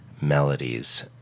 melodies